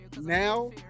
now